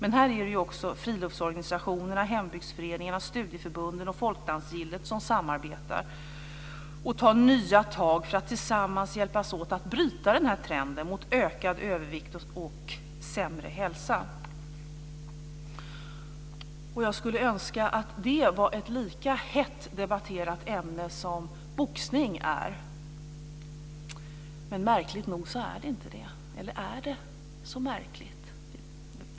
Men också friluftsorganisationerna, hembygdsföreningarna, studieförbunden och folkdansgillen samarbetar och tar nya tag för att tillsammans hjälpas åt att bryta den här trenden mot ökad övervikt och sämre hälsa. Jag skulle önska att detta var ett lika hett debatterat ämne som boxning är. Men märkligt nog är det inte det. Eller är det så märkligt?